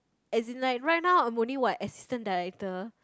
as in like right now I'm only what assistant director